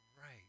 right